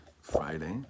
friday